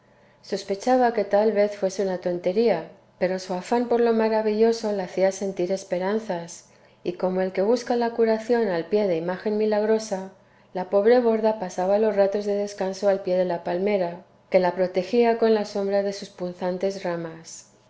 sospechaba que tal vez fuese una tontería pero su afán por lo maravilloso la hacía sentir esperanzas y como el que busca la curación al pie de imagen milagrosa la pobre borda pasaba los ratos de descanso al pie de la palmera que la protegía con la sombra de sus punzantes ramas